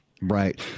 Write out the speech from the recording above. Right